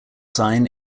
sign